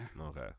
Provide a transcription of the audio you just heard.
Okay